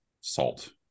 salt